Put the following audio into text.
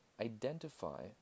Identify